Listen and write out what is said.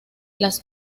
las